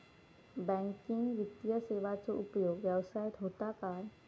Banking वित्तीय सेवाचो उपयोग व्यवसायात होता काय?